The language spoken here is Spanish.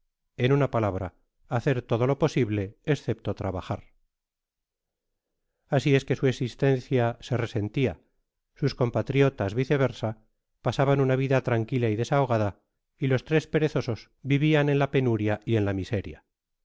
en uaa palabra hacer todo lo posible escepto trabajar asi es que su existencia se resentia sus compatriotas viceversa pasaban una vida tranquila y desahogadá y los tres perezosos vivian en la penuria y en la miseria